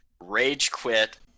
rage-quit